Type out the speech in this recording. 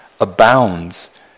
abounds